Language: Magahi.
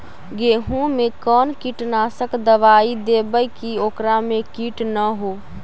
गेहूं में कोन कीटनाशक दबाइ देबै कि ओकरा मे किट न हो?